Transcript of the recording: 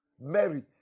Mary